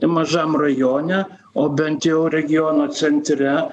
mažam rajone o bent jau regiono centre